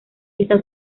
esta